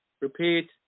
Repeat